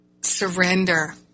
surrender